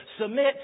submit